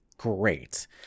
Great